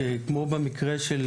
שכמו במקרה של